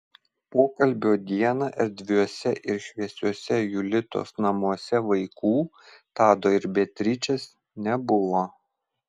pokalbio dieną erdviuose ir šviesiuose julitos namuose vaikų tado ir beatričės nebuvo